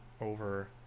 over